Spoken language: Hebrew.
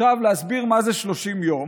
עכשיו, להסביר מה זה 30 יום,